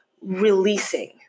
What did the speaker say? releasing